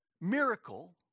miracle